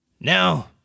now